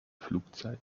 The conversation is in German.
flugzeit